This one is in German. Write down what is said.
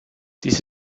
dies